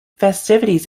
festivities